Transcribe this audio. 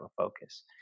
focus